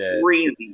crazy